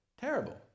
terrible